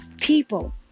People